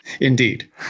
indeed